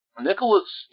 Nicholas